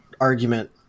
argument